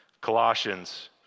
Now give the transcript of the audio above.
Colossians